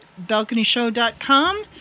balconyshow.com